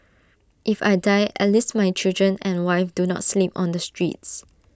if I die at least my children and wife do not sleep on the streets